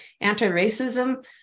anti-racism